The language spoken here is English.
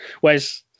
Whereas